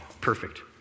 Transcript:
perfect